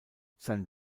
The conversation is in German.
sein